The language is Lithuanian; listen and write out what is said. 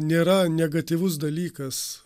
nėra negatyvus dalykas